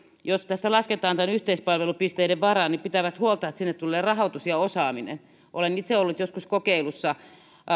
jos tämä lasketaan näiden yhteispalvelupisteiden varaan pitävät huolta että sinne tulee rahoitus ja osaaminen olen itse ollut joskus kokeilussa